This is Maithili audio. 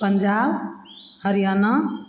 पंजाब हरियाणा